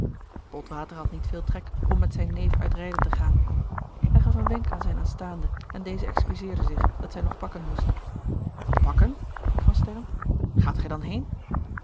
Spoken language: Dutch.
botwater had niet veel trek om met zijn neef uit rijden te gaan hij gaf een wenk aan zijne aanstaande en deze excuseerde zich dat zij nog pakken moest pakken vroeg van sterren gaat gij dan heen